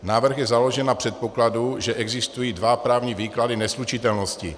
Návrh je založen na předpokladu, že existují dva právní výklady neslučitelnosti.